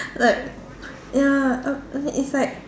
like ya uh I mean it's like